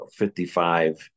55